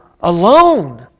alone